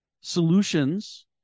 solutions